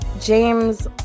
James